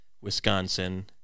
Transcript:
Wisconsin